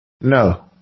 No